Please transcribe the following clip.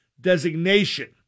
designation